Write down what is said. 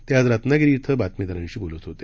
ते आज रत्नागिरी इथं बातमीदारांशी बोलत होते